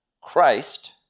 Christ